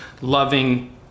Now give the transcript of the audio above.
loving